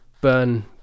burn